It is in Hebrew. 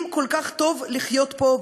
אם כל כך טוב לחיות פה,